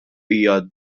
hija